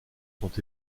sont